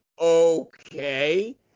Okay